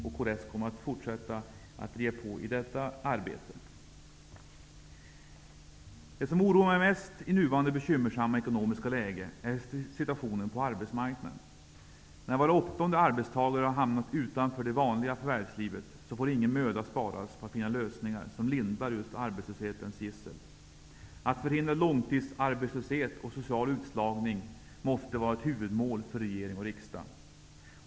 Kds kommer att fortsätta att driva på i detta arbete. Det som oroar mig mest i nuvarande bekymmersamma ekonomiska läge är situationen på arbetsmarknaden. När var åttonde arbetstagare har hamnat utanför det vanliga förvärvslivet får ingen möda sparas på att finna lösningar som lindrar arbetslöshetens gissel. Att förhindra långtidsarbetslöshet och social utslagning måste vara ett huvudmål för regering och riksdag.